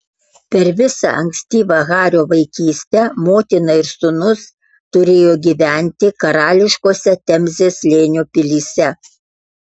per visą ankstyvą hario vaikystę motina ir sūnus turėjo gyventi karališkose temzės slėnio pilyse